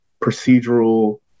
procedural